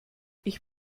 ich